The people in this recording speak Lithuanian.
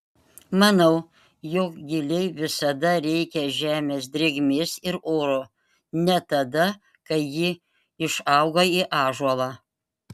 manau jog gilei visada reikia žemės drėgmės ir oro net tada kai ji išauga į ąžuolą